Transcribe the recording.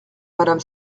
madame